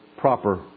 proper